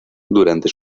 durante